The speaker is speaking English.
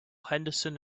henderson